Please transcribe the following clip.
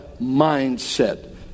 mindset